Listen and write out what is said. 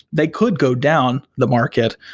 they could go down the market,